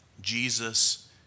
Jesus